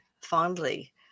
fondly